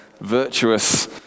virtuous